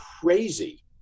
crazy